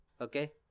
Okay